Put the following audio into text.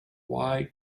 why